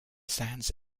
sands